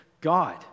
God